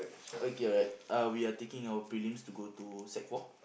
okay alright uh we are taking our prelims to go to sec four